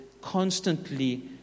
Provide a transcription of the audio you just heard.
constantly